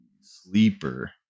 Sleeper